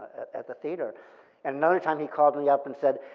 at the theater and another time he called me up and said,